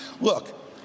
Look